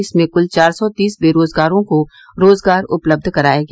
इसमें कुल चार सौ तीस बेरोजगारों को रोजगार उपलब्ध कराया गया